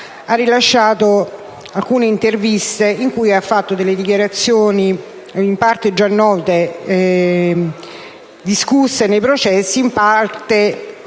ha rilasciato alcune interviste in cui ha reso delle dichiarazioni, in parte già note e discusse nei processi, in parte